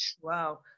Wow